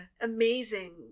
amazing